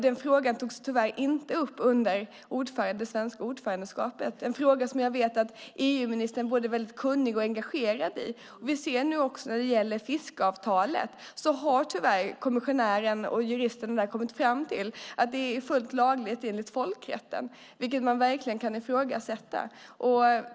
Den frågan togs tyvärr inte upp under det svenska ordförandeskapet - en fråga som jag vet att EU-ministern är både väldigt kunnig och engagerad i. Vi ser nu också när det gäller fiskeavtalet att kommissionären och juristerna tyvärr har kommit fram till att det är fullt lagligt enligt folkrätten, vilket man verkligen kan ifrågasätta.